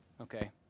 Okay